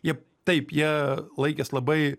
jie taip jie laikės labai